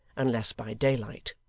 unless by daylight.